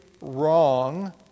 wrong